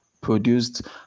produced